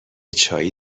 چایی